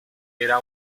era